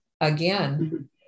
again